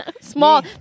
Small